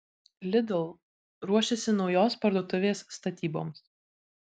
lidl ruošiasi naujos parduotuvės statyboms